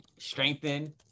Strengthen